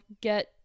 get